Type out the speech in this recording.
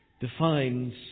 defines